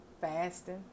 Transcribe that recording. fasting